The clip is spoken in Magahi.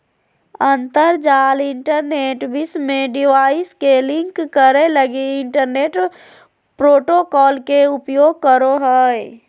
अंतरजाल इंटरनेट विश्व में डिवाइस के लिंक करे लगी इंटरनेट प्रोटोकॉल के उपयोग करो हइ